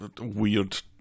Weird